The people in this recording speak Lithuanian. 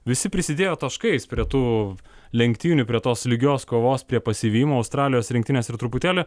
visi prisidėjo taškais prie tų lenktynių prie tos lygios kovos prie pasivijimo australijos rinktinės ir truputėlį